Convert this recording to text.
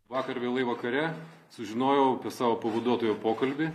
vakar vėlai vakare sužinojau apie savo pavaduotojo pokalbį